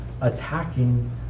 attacking